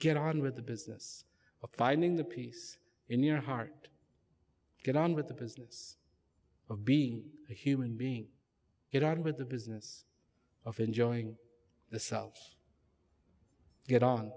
get on with the business of finding the peace in your heart get on with the business of be a human being get on with the business of enjoying the selves get on